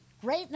Great